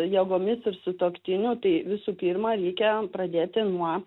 jėgomis ir sutuoktiniu tai visų pirma reikia pradėti nuo